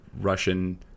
Russian